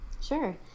Sure